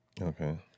Okay